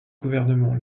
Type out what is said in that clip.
gouvernement